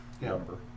number